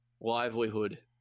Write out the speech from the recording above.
livelihood